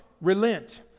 relent